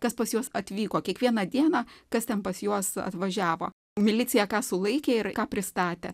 kas pas juos atvyko kiekvieną dieną kas ten pas juos atvažiavo milicija ką sulaikė ir ką pristatė